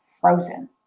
frozen